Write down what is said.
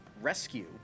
rescue